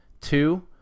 two